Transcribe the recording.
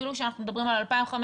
אפילו שאנחנו מדברים על 2,500,